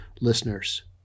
listeners